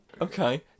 Okay